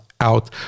out